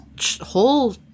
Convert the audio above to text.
whole